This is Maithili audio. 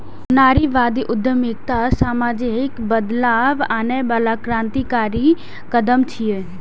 नारीवादी उद्यमिता सामाजिक बदलाव आनै बला क्रांतिकारी कदम छियै